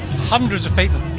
hundreds of people.